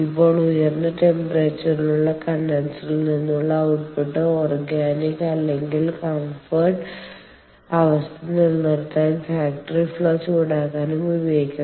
ഇപ്പോൾ ഉയർന്ന ടെമ്പറേച്ചരിലുള്ള കണ്ടൻസറിൽ നിന്നുള്ള ഔട്ട്പുട്ട് ഓർഗാനിക് അല്ലെങ്കിൽ കംഫർട്ട് അവസ്ഥ നിലനിർത്താൻ ഫാക്ടറി ഫ്ലോ ചൂടാക്കാനും ഉപയോഗികാം